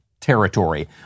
territory